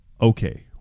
okay